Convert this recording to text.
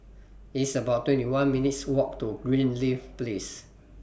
It's about twenty one minutes' Walk to Greenleaf Place